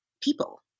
people